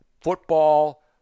football